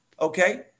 okay